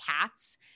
cats